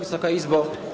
Wysoka Izbo!